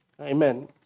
Amen